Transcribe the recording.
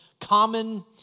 common